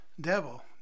devil